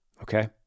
okay